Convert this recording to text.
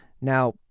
Now